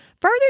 Further